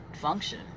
function